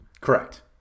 Correct